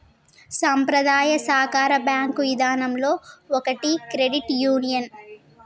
సంప్రదాయ సాకార బేంకు ఇదానంలో ఒకటి క్రెడిట్ యూనియన్